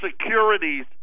securities